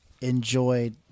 enjoyed